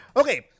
okay